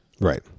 Right